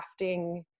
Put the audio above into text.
crafting